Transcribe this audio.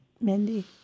Mindy